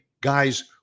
guys